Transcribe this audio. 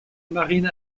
marine